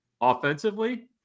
Offensively